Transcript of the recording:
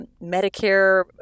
medicare